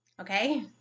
okay